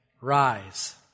Rise